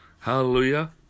hallelujah